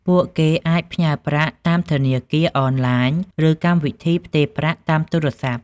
ពួកគេអាចផ្ញើប្រាក់តាមធនាគារអនឡាញ ឬកម្មវិធីផ្ទេរប្រាក់តាមទូរស័ព្ទ។